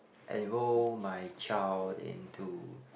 enroll my child into